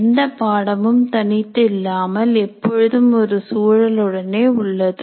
எந்த பாடமும் தனித்து இல்லாமல் எப்பொழுதும் ஒரு சூழல் உடனே உள்ளது